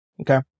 Okay